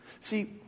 See